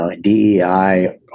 DEI